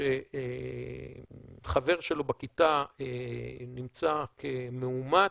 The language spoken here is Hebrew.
שחבר שלו בכיתה נמצא כמאומת,